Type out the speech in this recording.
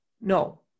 No